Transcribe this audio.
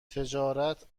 تجارت